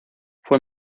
fue